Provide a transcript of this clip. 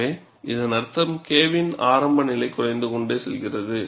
எனவே இதன் அர்த்தம் K வின் ஆரம்ப நிலை குறைந்து கொண்டே செல்கிறது